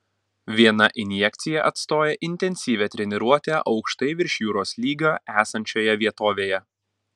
viena injekcija atstoja intensyvią treniruotę aukštai virš jūros lygio esančioje vietovėje